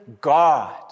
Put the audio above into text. God